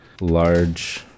large